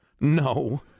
No